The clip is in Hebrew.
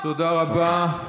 תודה רבה.